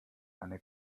eine